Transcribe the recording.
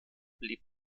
blieb